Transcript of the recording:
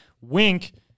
Wink